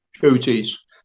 duties